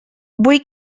vull